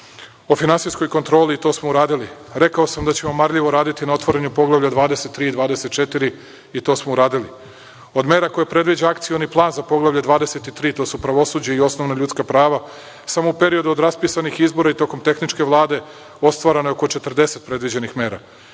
o finansijskoj kontroli i to smo uradili. Rekao sam da ćemo marljivo raditi na otvaranju poglavlja 23 i 24 i to smo i uradili. Od mera koje predviđa Akcioni plan za Poglavlje 23, to su pravosuđe i osnovna ljudska prava, samo u periodu od raspisanih izbora i tokom tehničke vlade ostvareno je oko 40 predviđenih mera.